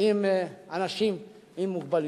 עם אנשים עם מוגבלויות.